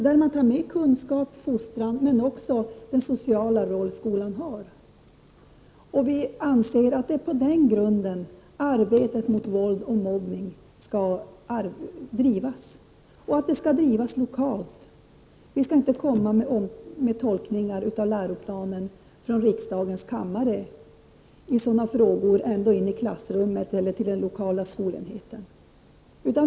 Där tas med kunskap, fostran och även den sociala roll som skolan skall spela. Vi anser att det är på den grunden arbetet mot våld och mobbning skall drivas samt att det skall ske lokalt. Vi i riksdagens kammare skall inte göra tolkningar av läroplanen i frågor som rör förhållanden ända in i klassrummet eller hos den lokala skolenheten.